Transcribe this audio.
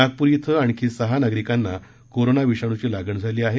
नागपूर इथं आणखी सहा नागरिकांना कोरोना विषाणूची लागण झाली आहे